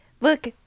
Look